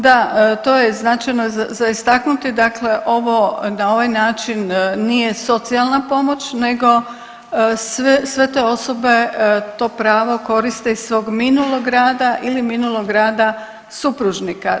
Da, to je značajno za istaknuti, dakle ovo, na ovaj način nije socijalna pomoć nego sve te osobe to pravo koriste iz svog minulog rada ili minulog rada supružnika.